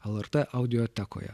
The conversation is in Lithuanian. lrt audiotekoje